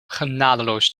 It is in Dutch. genadeloos